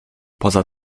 poza